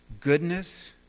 goodness